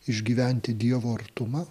išgyventi dievo artumą